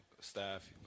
staff